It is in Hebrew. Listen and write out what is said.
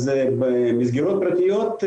אז במסגרות הפרטיות,